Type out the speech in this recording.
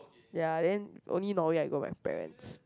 ya then only Norway I go with my parents